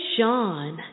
Sean